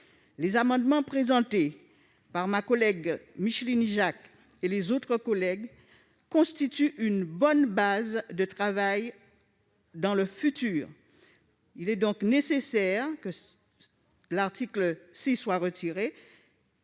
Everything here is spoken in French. Les amendements présentés par Micheline Jacques et par mes autres collègues constituent une bonne base de travail pour le futur. Il est donc nécessaire que l'article 6 soit retiré.